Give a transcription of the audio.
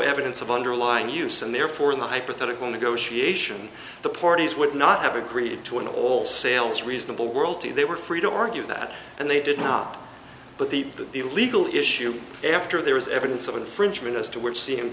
evidence of underlying use and therefore in the hypothetical negotiation the parties would not have agreed to an all sales reasonable world t they were free to argue that and they did nothing but the illegal issue after there was evidence of infringement as to which